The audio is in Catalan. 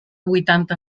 vuitanta